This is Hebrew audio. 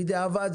בדיעבד,